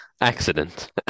accident